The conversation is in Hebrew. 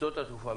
שדות התעופה,